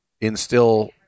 instill